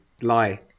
lie